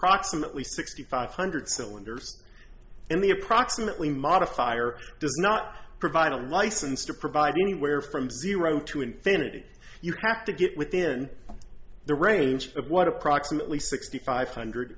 approximately sixty five hundred cylinders and the approximately modifier does not provide a license to provide anywhere from zero to infinity you have to get within the range of what approximately sixty five hundred